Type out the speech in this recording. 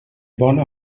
bona